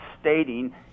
stating